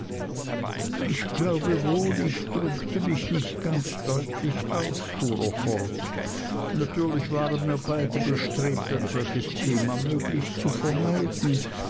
ich glaube wohl ich drückte mich nicht ganz deutlich aus fuhr er fort natürlich waren mir beide bestrebt ein solches thema möglichst zu vermeiden